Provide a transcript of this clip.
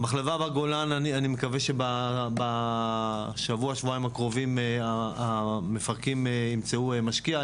המחלבה בגולן אני מקווה שבשבוע-שבועיים הקרובים המפרקים ימצאו משקיע,